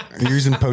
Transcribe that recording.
using